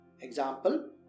Example